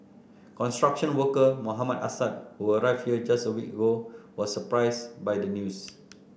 construction worker Mohammed Assad who arrived here just a week ago was surprise by the news